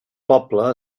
pobre